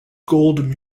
gold